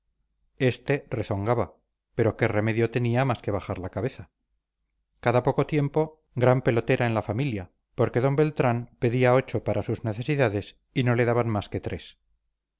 este rezongaba pero qué remedio tenía más que bajar la cabeza cada poco tiempo gran pelotera en la familia porque d beltrán pedía ocho para sus necesidades y no le daban más que tres